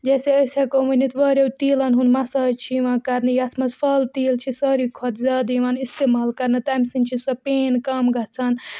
جیسے أسۍ ہیٚکو ؤنِتھ وَریاہَو تیٖلَن ہُنٛد مَساج چھُ یِوان کَرنہٕ یَتھ مَنٛز فَل تیٖل چھُ ساروی کھۄتہٕ زیاد یِوان اِستِمال کَرنہٕ تمہِ سۭتۍ چھِ سۄ پین کَم گَژھان